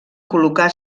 col·locar